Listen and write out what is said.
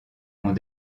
ont